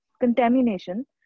contamination